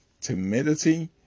timidity